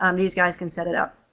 um these guys can set it up.